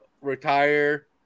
retire